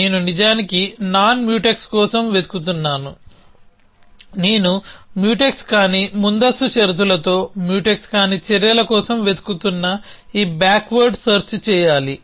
నేను నిజానికి non mutex కోసం వెతుకుతున్నానునేను మ్యూటెక్స్ కాని ముందస్తు షరతులతో మ్యూటెక్స్ కాని చర్యల కోసం వెతుకుతున్న ఈ బ్యాక్వర్డ్ సెర్చ్ చేయాలి